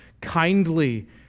kindly